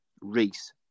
Reese